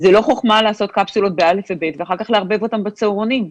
זו לא חוכמה לעשות קפסולות ב-א' וב-ב' ואחר כך לערבב אותם בצהרונים.